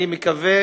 אני מקווה